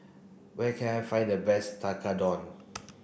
where can I find the best Tekkadon